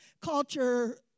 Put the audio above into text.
culture